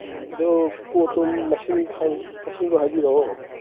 ꯑꯗꯨ ꯄꯣꯠꯇꯨ ꯃꯁꯤꯡ ꯃꯁꯤꯡꯗꯣ ꯍꯥꯏꯕꯤꯔꯛꯑꯣ